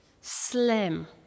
slim